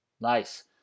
Nice